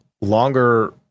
longer